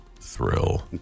Thrill